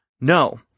no